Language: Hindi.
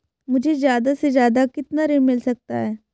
मुझे ज्यादा से ज्यादा कितना ऋण मिल सकता है?